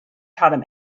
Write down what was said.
taught